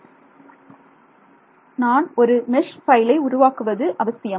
மாணவர் நான் ஒரு மெஷ் பைலை உருவாக்குவது அவசியம்